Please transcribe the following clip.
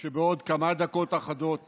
שבעוד דקות אחדות